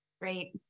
Great